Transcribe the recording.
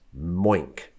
moink